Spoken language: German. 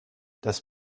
das